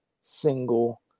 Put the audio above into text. single